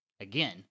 Again